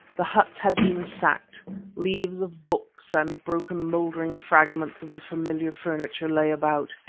the huts had been sacked leaves of books and broken mouldering fragments of the familiar furniture lay about.